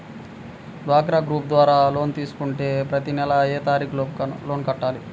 డ్వాక్రా గ్రూప్ ద్వారా లోన్ తీసుకుంటే ప్రతి నెల ఏ తారీకు లోపు లోన్ కట్టాలి?